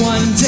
One